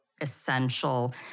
essential